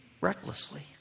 recklessly